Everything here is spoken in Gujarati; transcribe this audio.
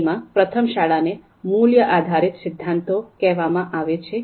એમાં પ્રથમ શાળાને મૂલ્ય આધારિત સિદ્ધાંતો કહેવામાં આવે છે